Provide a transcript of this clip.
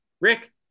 Rick